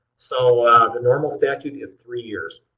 so the normal statute is three years.